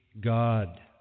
God